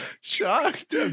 Shocked